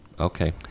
Okay